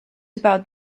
about